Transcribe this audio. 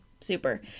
super